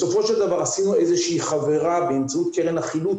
סופו של דבר עשינו איזושהי חבירה באמצעות קרן החינוך,